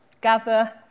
gather